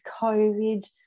COVID